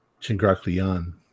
chingraklian